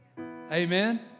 Amen